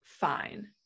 fine